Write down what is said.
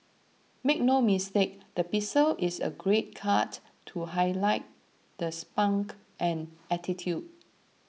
make no mistake the pixie is a great cut to highlight the spunk and attitude